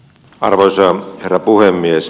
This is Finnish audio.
arvoisa herra puhemies